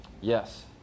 Yes